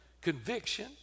conviction